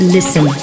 Listen